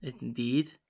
indeed